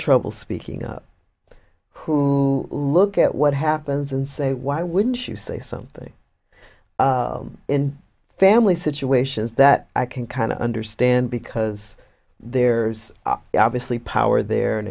trouble speaking up who look at what happens and say why wouldn't you say something in family situations that i can kind of understand because there's obviously power there and